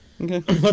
Okay